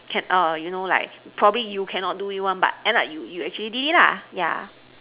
can orh you know like probably you cannot do it one but end up you actually did it lah yeah